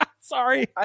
sorry